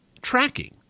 tracking